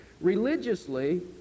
Religiously